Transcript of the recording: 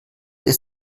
ist